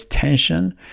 tension